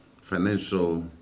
financial